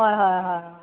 হয় হয় হয়